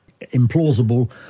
implausible